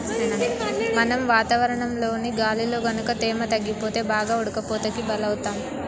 మనం వాతావరణంలోని గాలిలో గనుక తేమ తగ్గిపోతే బాగా ఉడకపోతకి బలౌతాం